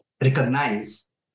recognize